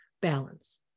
balance